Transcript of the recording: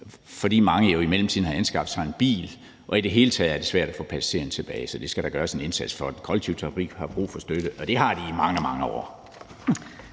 grad på grund af corona – har anskaffet sig en bil. I det hele taget er det svært at få passagererne tilbage, så det skal der gøres en indsats for. Den kollektive trafik har brug for støtte, og det har den i mange, mange år.